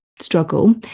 struggle